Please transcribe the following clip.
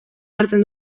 hartzen